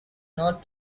not